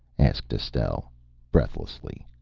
asked estelle breathlessly.